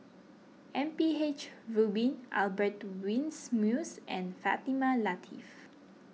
M P H Rubin Albert Winsemius and Fatimah Lateef